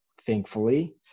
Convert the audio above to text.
thankfully